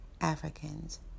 Africans